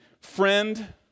friend